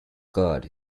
god